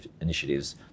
initiatives